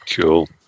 Cool